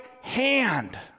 hand